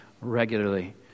regularly